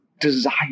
desire